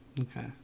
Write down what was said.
Okay